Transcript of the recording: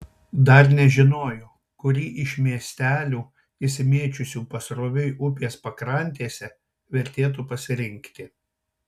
dar nežinojo kurį iš miestelių išsimėčiusių pasroviui upės pakrantėse vertėtų pasirinkti